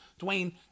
Dwayne